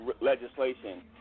legislation